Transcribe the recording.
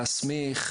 להסמיך,